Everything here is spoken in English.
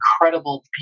incredible